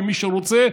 ומי שרוצה,